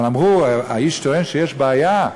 אבל אמרו: האיש טוען שיש בעיה,